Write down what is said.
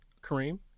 Kareem